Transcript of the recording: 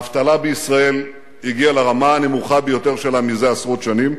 האבטלה בישראל הגיעה לרמה הנמוכה ביותר שלה מזה עשרות שנים,